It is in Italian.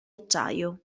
acciaio